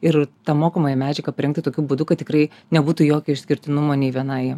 ir tą mokomąją medžiagą parengti tokiu būdu kad tikrai nebūtų jokio išskirtinumo nei vienai